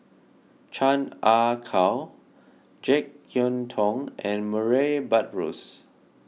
Chan Ah Kow Jek Yeun Thong and Murray Buttrose